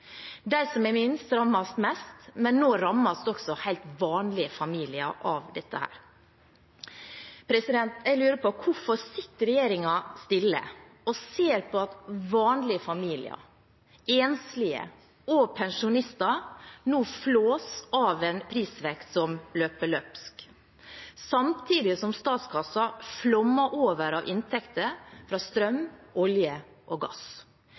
De som har minst, rammes mest, men nå rammes også helt vanlige familier av dette. Jeg lurer på: Hvorfor sitter regjeringen stille og ser på at vanlige familier, enslige og pensjonister nå flås av en prisvekst som løper løpsk, samtidig som statskassen flommer over av inntekter fra strøm, olje og gass?